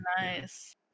nice